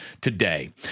today